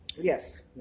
Yes